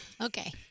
Okay